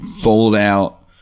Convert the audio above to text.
fold-out